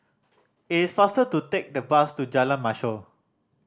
it is faster to take the bus to Jalan Mashhor